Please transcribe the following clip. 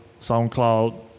SoundCloud